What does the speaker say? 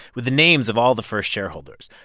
with the names of all the first shareholders.